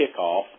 kickoff